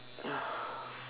yes